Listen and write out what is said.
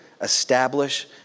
establish